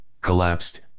collapsed